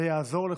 זה יעזור לכולם.